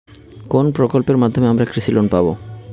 কোন প্রকল্পের মাধ্যমে আমরা কৃষি লোন পাবো?